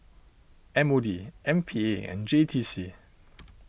M O D M P A and J T C